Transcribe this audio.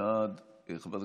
בעד,